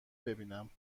ببینم